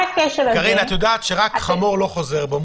קארין, את יודעת שרק חמור לא חוזר בו.